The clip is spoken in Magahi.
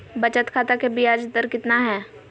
बचत खाता के बियाज दर कितना है?